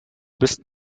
bist